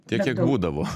tiek kiek būdavo